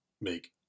make